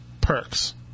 perks